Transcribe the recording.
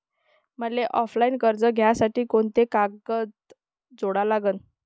मले ऑफलाईन कर्ज घ्यासाठी कोंते कागद जोडा लागन?